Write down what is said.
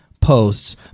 posts